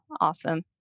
Awesome